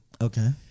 Okay